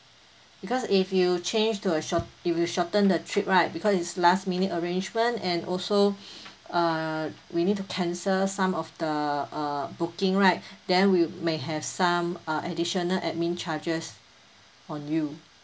because if you change to a short it will shorten the trip right because it's last minute arrangement and also err we need to cancel some of the err booking right then we may have some err additional admin charges on you